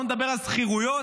לא מדבר על שכירויות,